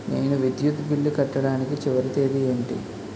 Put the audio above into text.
నేను విద్యుత్ బిల్లు కట్టడానికి చివరి తేదీ ఏంటి?